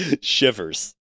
Shivers